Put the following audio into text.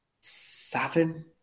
seven